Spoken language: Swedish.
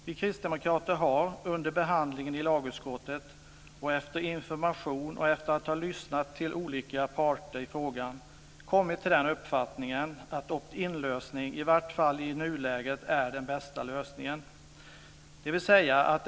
Vi kristdemokrater har - under behandlingen i lagutskottet, efter information och efter att ha lyssnat till olika parter i frågan - kommit till den uppfattningen att opt-in-lösningen i varje fall i nuläget är den bästa lösningen.